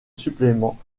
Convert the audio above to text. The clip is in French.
supplément